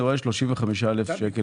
אני רואה מחזור בסך של 35 אלף שקלים.